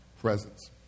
presence